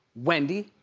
wendy,